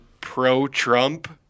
pro-Trump